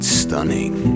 stunning